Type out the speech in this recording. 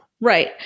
Right